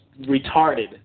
retarded